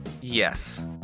Yes